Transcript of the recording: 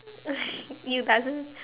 you doesn't